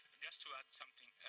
just to add something,